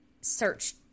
search